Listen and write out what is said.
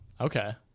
okay